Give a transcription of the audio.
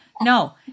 No